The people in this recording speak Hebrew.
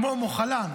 כמו מוחלן.